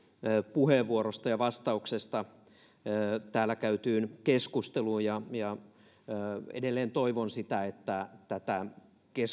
puheenvuorosta ja vastauksesta täällä käytyyn keskusteluun edelleen toivon sitä että tätä